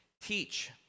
Teach